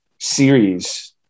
series